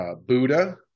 Buddha